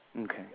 Okay